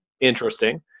Interesting